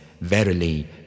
Verily